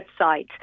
website